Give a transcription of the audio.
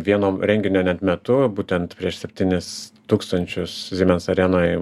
vieno renginio net metu būtent prieš septynis tūkstančius siemens arenoj